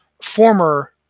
former